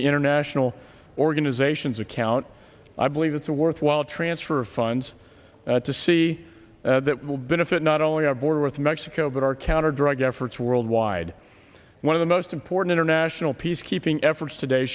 the international organizations account i believe it's a worthwhile transfer of funds to see that will benefit not only our border with mexico but our counter drug efforts worldwide one of the most important or national peacekeeping efforts today